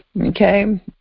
Okay